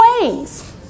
ways